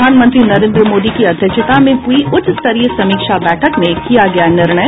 प्रधानमंत्री नरेन्द्र मोदी की अध्यक्षता में हुई उच्चस्तरीय समीक्षा बैठक में किया गया निर्णय